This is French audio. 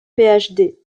phd